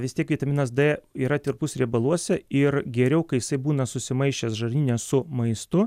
vis tiek vitaminas d yra tirpus riebaluose ir geriau kai jisai būna susimaišęs žarnyne su maistu